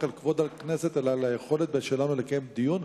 על כבוד הכנסת אלא על היכולת שלנו לקיים דיון.